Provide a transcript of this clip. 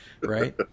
right